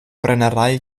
brennerei